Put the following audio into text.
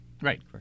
Right